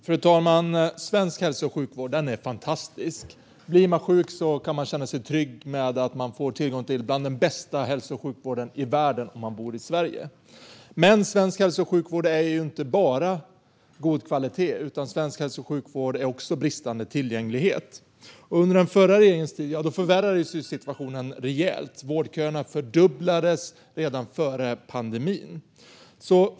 Fru talman! Svensk hälso och sjukvård är fantastisk. Blir man sjuk kan man känna sig trygg med att man får tillgång till en hälso och sjukvård som är bland de bästa i världen om man bor i Sverige. Men svensk hälso och sjukvård är inte bara god kvalitet utan också bristande tillgänglighet. Under den förra regeringens tid förvärrades situationen rejält. Vårdköerna fördubblades redan före pandemin.